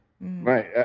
Right